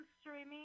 streaming